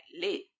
lit